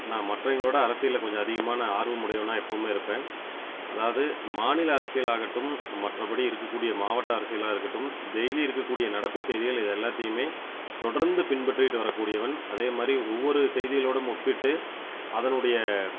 நான் மற்றவயங்கள விட அரசியலில் கொஞ்சம் அதிகமான ஆர்வமுடையவனாக எப்போவுமே இருப்பேன் அதாவது மாநில அரசியல் ஆகட்டும் மற்ற படி இருக்கக்கூடிய மாவட்ட அரசியலாக இருக்கட்டும் டெய்லி இருக்கக்கூடிய நடப்புச் செய்திகள் இது எல்லாத்தையுமே தொடர்ந்து பின்பற்றிட்டு வரக் கூடியவன் அதே மாதிரி ஒவ்வொரு செய்திகளோடும் ஒப்பிட்டு அதனுடைய